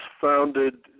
founded